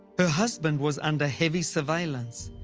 her husband was under heavy surveillance,